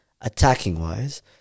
attacking-wise